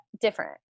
different